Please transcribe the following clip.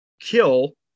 kill